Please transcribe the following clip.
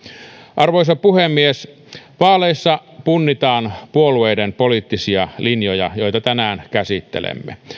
arvoisa puhemies vaaleissa punnitaan puolueiden poliittisia linjoja joita tänään käsittelemme